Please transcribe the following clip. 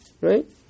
Right